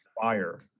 fire